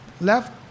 left